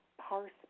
parse